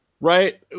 right